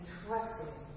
trusting